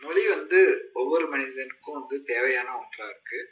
மொழி வந்து ஒவ்வொரு மனிதனுக்கும் வந்து தேவையான ஒன்றாக இருக்குது